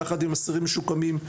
יחד עם אסירים משוקמים,